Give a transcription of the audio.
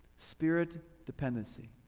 spirit dependency.